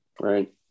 Right